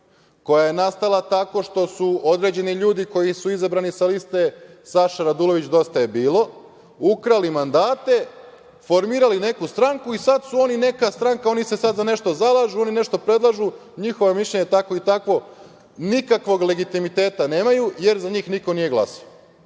koja je nastala tako što su određeni ljudi koji su izabrani sa liste Saša Radulović – Dosta je bilo, ukrali mandate, formirali neku stranku i sada su oni neka stranka, oni se sad za nešto zalažu, oni nešto predlažu, njihovo mišljenje je takvo i takvo, nikakvog legitimiteta nemaju, jer za njih niko nije glasao. Sada